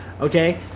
Okay